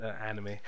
anime